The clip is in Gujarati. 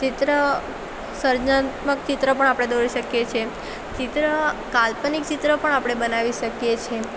ચિત્ર સર્જનાત્મક ચિત્ર પણ આપણે દોરી શકીએ છે ચિત્ર કાલ્પનિક ચિત્ર પણ આપણે બનાવી શકીએ છે